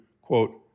quote